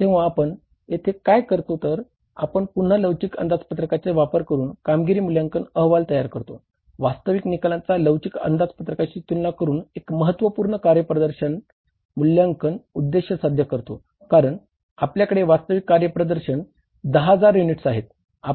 तेव्हा आपण येथे काय करतो तर आपण पुन्हा लवचिक अंदाजपत्रकाच्या 10 हजार युनिट्स आहेत